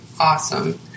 awesome